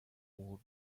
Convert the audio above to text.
who